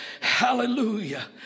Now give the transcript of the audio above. Hallelujah